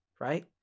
right